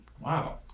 Wow